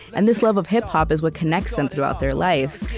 and this love of hip-hop is what connects them throughout their life.